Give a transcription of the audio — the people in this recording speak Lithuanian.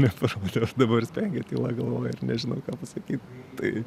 neformaliu ir dabar spengia tyla galvoj ir nežinau ką pasakyti tai